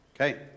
Okay